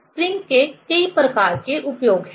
spring के कई प्रकार के उपयोग हैं